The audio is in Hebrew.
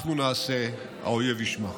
אנחנו נעשה, האויב ישמע.